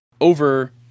over